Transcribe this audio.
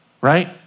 right